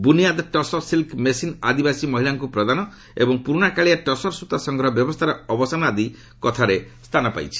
ବୁନିଆଦ୍ tussar silk machine ଆଦିବାସୀ ମହିଳାଙ୍କୁ ପ୍ରଦାନ ଏବଂ ପୁରୁଣାକାଳିଆ ଟସର୍ ସୂତା ସଂଗ୍ରହ ବ୍ୟବସ୍ଥାର ଅବସାନ ଆଦି କଥା ଏଥିରେ ସ୍ଥାନ ପାଇଛି